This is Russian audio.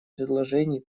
предложений